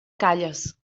calles